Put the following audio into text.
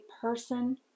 person